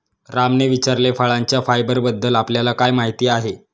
रामने विचारले, फळांच्या फायबरबद्दल आपल्याला काय माहिती आहे?